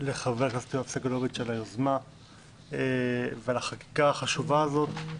לח"כ יואב סגלוביץ על היוזמה ועל החקיקה החשובה הזאת.